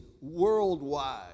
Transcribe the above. worldwide